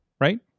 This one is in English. right